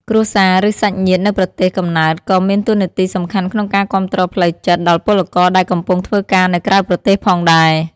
គ្រួសារ ឬសាច់ញាតិនៅប្រទេសកំណើតក៏មានតួនាទីសំខាន់ក្នុងការគាំទ្រផ្លូវចិត្តដល់ពលករដែលកំពុងធ្វើការនៅក្រៅប្រទេសផងដែរ។